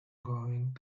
going